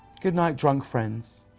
goodnight, drunk friends